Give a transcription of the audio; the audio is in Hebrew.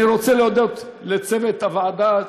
אני רוצה להודות לצוות הוועדה,